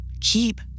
keep